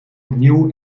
opnieuw